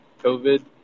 COVID